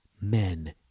Men